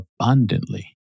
abundantly